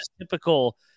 typical